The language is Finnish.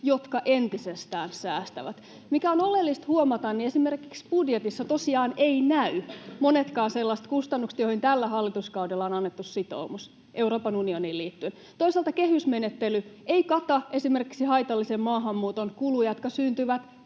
jotka entisestään säästävät. Mikä on oleellista huomata, niin esimerkiksi budjetissa tosiaan eivät näy monetkaan sellaiset kustannukset, joihin tällä hallituskaudella on annettu sitoumus, Euroopan unioniin liittyen. Toisaalta kehysmenettely ei kata esimerkiksi haitallisen maahanmuuton kuluja, jotka syntyvät